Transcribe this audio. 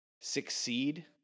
succeed